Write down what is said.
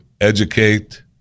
educate